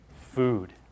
food